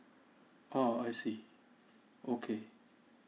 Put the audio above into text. ah I see okay